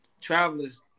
travelers